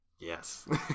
Yes